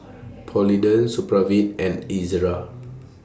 Polident Supravit and Ezerra